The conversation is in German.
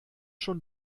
schon